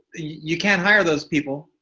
you can hire those people.